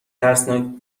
ترسناک